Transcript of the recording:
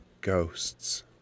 ghosts